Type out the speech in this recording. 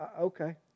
okay